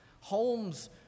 Homes